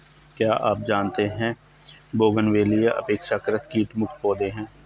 क्या आप जानते है बोगनवेलिया अपेक्षाकृत कीट मुक्त पौधे हैं?